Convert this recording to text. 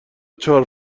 چهار